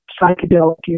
psychedelic